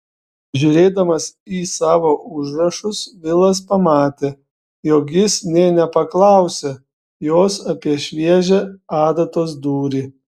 žiūrėdamas į savo užrašus vilas pamatė jog jis nė nepaklausė jos apie šviežią adatos dūrį